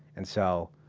and so,